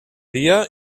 dia